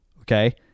okay